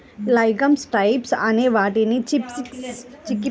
legumes types అనే వాటిని chickpeas, garbanzo beans అని కూడా పిలుస్తారు